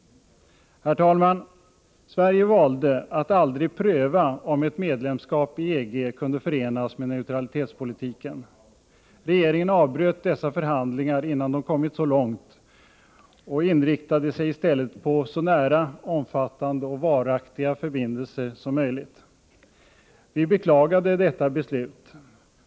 Herr talman! Sverige valde att aldrig pröva om ett medlemskapi EG kunde förenas med neutralitetspolitiken. Regeringen avbröt dessa förhandlingar innan de kommit så långt och inriktade sig i stället på så nära, omfattande och varaktiga förbindelser som möjligt. Vi beklagade detta beslut.